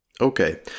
Okay